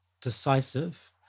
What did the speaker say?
decisive